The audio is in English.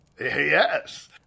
Yes